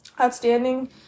Outstanding